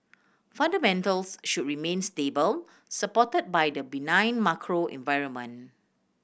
fundamentals should remain stable supported by the benign macro environment